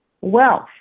Wealth